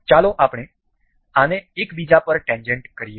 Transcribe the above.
ચાલો આપણે આને એક બીજા પર ટેન્જેન્ટ કરીએ છીએ